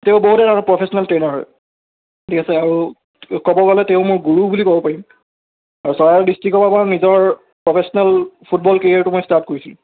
তেওঁ বহুতেই তাৰমানে প্ৰফেছনেল ট্ৰেইনাৰ হয় ঠিক আছে আৰু ক'ব গ'লে তেওঁ মোৰ গুৰু বুলি ক'ব পাৰিম তাৰপাছত আৰু ডিষ্টিকৰপৰা নিজৰ প্ৰফেছনেল ফুটবল কেৰিয়াৰটো মই ষ্টাৰ্ট কৰিছিলোঁ